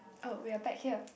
oh we are back here